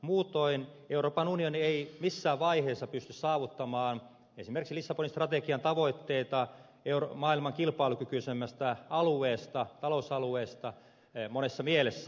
muutoin euroopan unioni ei missään vaiheessa pysty saavuttamaan esimerkiksi lissabonin strategian tavoitteita maailman kilpailukykyisimmästä talousalueesta monessa mielessä